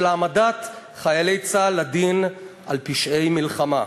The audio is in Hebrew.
של העמדת חיילי צה"ל לדין על פשעי מלחמה,